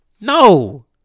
No